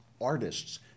artists